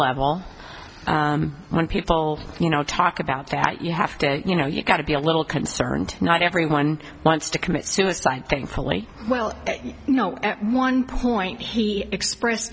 level when people you know talk about that you have to you know you got to be a little concerned not everyone wants to commit suicide thankfully well you know at one point he expresse